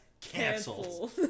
Cancelled